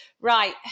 Right